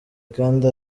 kandi